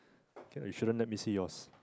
K you shouldn't let me see yours